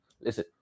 Listen